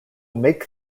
make